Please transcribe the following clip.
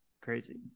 crazy